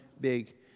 big